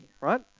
right